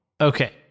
Okay